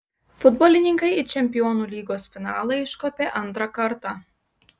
futbolininkai į čempionų lygos finalą iškopė antrą kartą